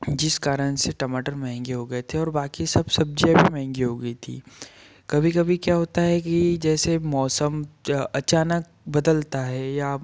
जिस कारण से टमाटर महंगे हो गए थे और बाकी सब सब्जियाँ भी महँगी हो गई थी कभी कभी क्या होता है कि जैसे मौसम ज अचानक बदलता है या अब